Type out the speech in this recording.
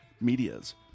medias